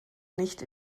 nicht